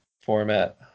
format